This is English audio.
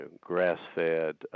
grass-fed